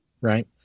right